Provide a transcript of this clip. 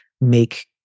make